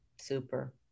super